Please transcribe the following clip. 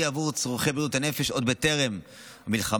עבור צורכי בריאות הנפש עוד בטרם המלחמה,